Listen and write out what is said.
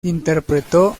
interpretó